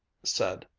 said,